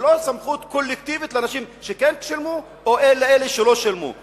ולא סמכות קולקטיבית כלפי אנשים שכן שילמו ואלה שלא שילמו.